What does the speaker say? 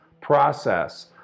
process